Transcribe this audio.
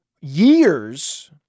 years